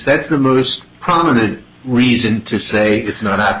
that's the most prominent reason to say it's not